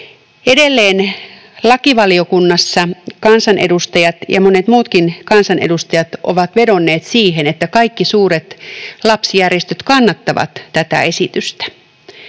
Edelleen lakivaliokunnassa kansanedustajat, ja monet muutkin kansanedustajat, ovat vedonneet siihen, että kaikki suuret lapsijärjestöt kannattavat tätä esitystä.